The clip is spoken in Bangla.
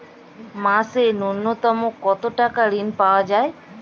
মাসে নূন্যতম কত টাকা ঋণ পাওয়া য়ায়?